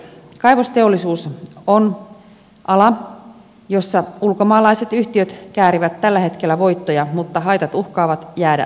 kaivosteollisuus on ala jolla ulkomaalaiset yhtiöt käärivät tällä hetkellä voittoja mutta haitat uhkaavat jäädä suomeen